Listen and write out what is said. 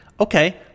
Okay